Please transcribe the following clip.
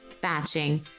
batching